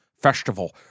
Festival